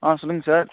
ஆ சொல்லுங்க சார்